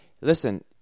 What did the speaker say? listen